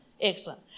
Excellent